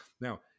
now